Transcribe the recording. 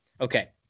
Okay